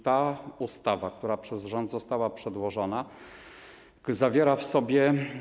Ta ustawa, która przez rząd została przedłożona, zawiera w sobie.